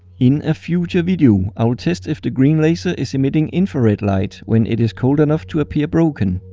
in a future video, i will test if the green laser is emitting infrared light when it is cold enough to appear broken.